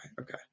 Okay